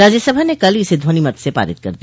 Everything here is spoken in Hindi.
राज्यसभा ने कल इसे ध्वनि मत से पारित कर दिया